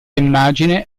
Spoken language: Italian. immagine